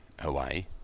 Hawaii